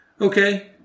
Okay